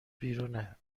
بیرونه